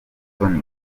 tonny